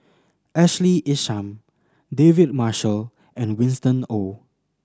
Ashley Isham David Marshall and Winston Oh